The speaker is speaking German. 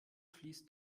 fließt